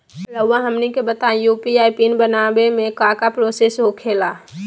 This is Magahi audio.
रहुआ हमनी के बताएं यू.पी.आई पिन बनाने में काका प्रोसेस हो खेला?